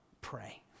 pray